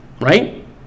Right